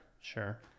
Sure